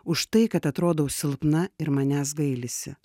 už tai kad atrodau silpna ir manęs gailisi